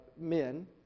men